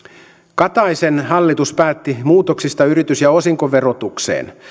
kataisen hallitus päätti muutoksista yritys ja osinkoverotukseen